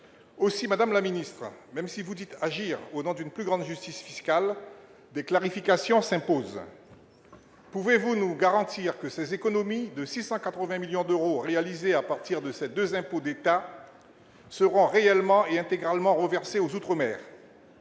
Aussi, madame la ministre, même si vous dites agir au nom d'une plus grande justice fiscale, des clarifications s'imposent. Pouvez-vous nous garantir que ces économies de 680 millions d'euros, réalisées à partir de ces deux impôts d'État, seront réellement et intégralement reversées aux outre-mer,